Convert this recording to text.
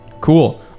Cool